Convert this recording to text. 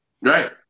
Right